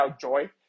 joy